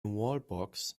wallbox